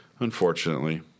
Unfortunately